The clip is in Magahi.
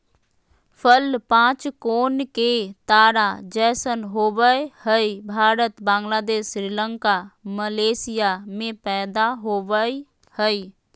फल पांच कोण के तारा जैसन होवय हई भारत, बांग्लादेश, श्रीलंका, मलेशिया में पैदा होवई हई